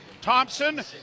Thompson